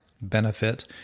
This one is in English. benefit